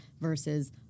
versus